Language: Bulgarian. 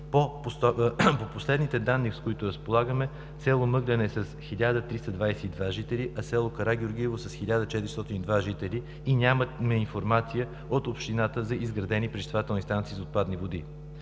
По последните данни, с които разполагаме, село Мъглен е с 1322 жители, а село Карагеоргиево – с 1402 жители, и нямаме информация от общината за изградени пречиствателни станции за отпадни води.